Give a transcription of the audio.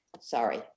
Sorry